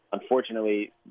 unfortunately